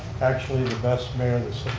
actually, the best mayor